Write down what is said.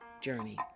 journey